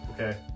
okay